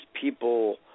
people